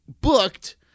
booked